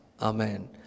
Amen